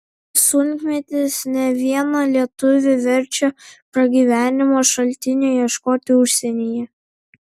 sunkmetis ne vieną lietuvį verčia pragyvenimo šaltinio ieškoti užsienyje